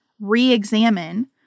reexamine